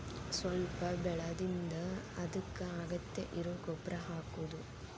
ಸ್ವಲ್ಪ ಬೆಳದಿಂದ ಅದಕ್ಕ ಅಗತ್ಯ ಇರು ಗೊಬ್ಬರಾ ಹಾಕುದು